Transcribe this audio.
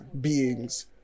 beings